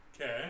Okay